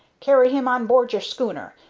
carry him on board your schooner,